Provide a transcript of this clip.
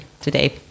today